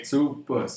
Super